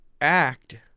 act